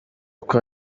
uko